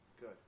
good